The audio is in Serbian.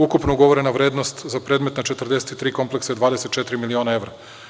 Ukupno ugovorena vrednost za predmet na 43 kompleksa je 24 miliona evra.